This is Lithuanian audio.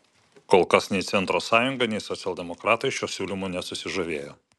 kol kas nei centro sąjunga nei socialdemokratai šiuo siūlymu nesusižavėjo